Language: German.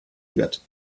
wird